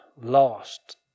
lost